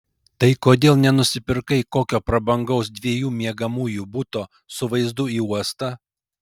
tai kodėl nenusipirkai kokio prabangaus dviejų miegamųjų buto su vaizdu į uostą